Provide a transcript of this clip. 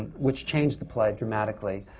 which changed the play dramatically.